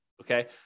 okay